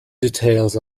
details